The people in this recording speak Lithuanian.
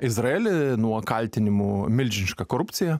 izraelį nuo kaltinimų milžiniška korupcija